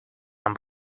i’m